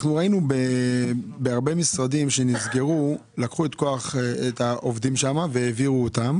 ראינו בהרבה משרדים שנסגרו לקחו חלק מהעובדים והעבירו אותם